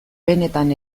benetan